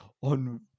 on